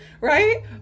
right